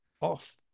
off